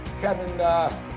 Kevin